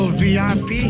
vip